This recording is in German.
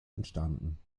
entstanden